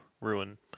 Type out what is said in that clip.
ruin